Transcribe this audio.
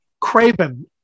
Craven